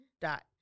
Dot